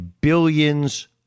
billions